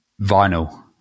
vinyl